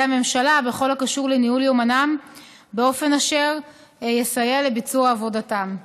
הממשלה בכל הקשור לניהול יומנם באופן אשר יסייע לביצוע עבודתם.